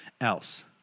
else